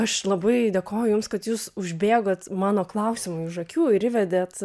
aš labai dėkoju jums kad jūs užbėgot mano klausimui už akių ir įvedėt